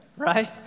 right